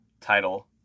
title